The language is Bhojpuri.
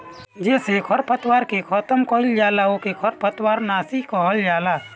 जेसे खरपतवार के खतम कइल जाला ओके खरपतवार नाशी कहल जाला